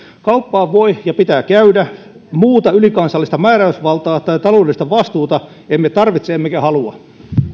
kauppaa voi ja pitää käydä muuta ylikansallista määräysvaltaa tai taloudellista vastuuta emme tarvitse emmekä halua